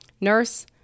Nurse